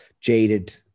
jaded